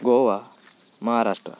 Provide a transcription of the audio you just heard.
Goa Maharashtra